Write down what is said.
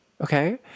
okay